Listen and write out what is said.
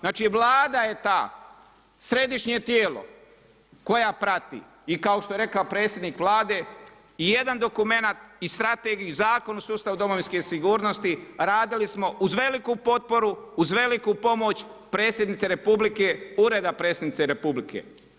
Znači, Vlada je ta središnje tijelo koja prati i kao što je rekao predsjednik Vlade i jedan dokumenat i strategiju i Zakon o sustavu domovinske sigurnosti, radili smo uz veliku potporu, uz veliku pomoć Predsjednice Republike, Ureda predsjednice Republike.